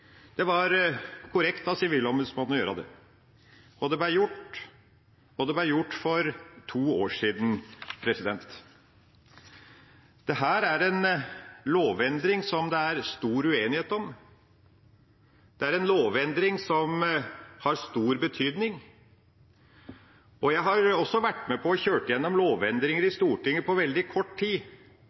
Det var korrekt av Sivilombudsmannen å gjøre det. Det ble gjort, og det ble gjort for to år siden. Dette er en lovendring som det er stor uenighet om. Det er en lovendring som har stor betydning. Jeg har også vært med på å kjøre igjennom lovendringer i Stortinget på veldig kort tid,